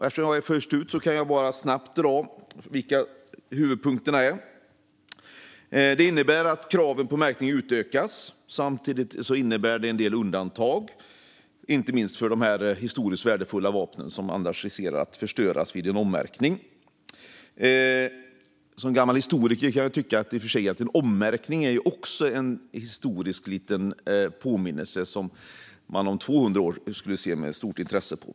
Eftersom jag är först ut kan jag snabbt dra vilka huvudpunkterna är. Den första punkten innebär att kraven på märkning utökas, och samtidigt innebär det en del undantag. Det gäller inte minst de historiskt värdefulla vapen som annars riskerar att förstöras vid en ommärkning. Som gammal historiker kan jag i och för sig tycka att en ommärkning rent historiskt är en liten påminnelse som man om 200 år skulle se med stort intresse på.